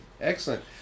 excellent